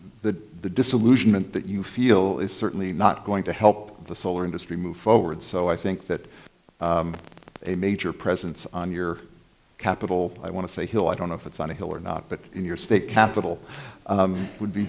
the the disillusionment that you feel is certainly not going to help the solar industry move forward so i think that a major presence on your capital i want to say hill i don't know if it's on a hill or not but in your state capital would be